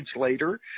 later